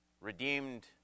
Redeemed